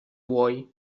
buoi